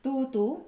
two to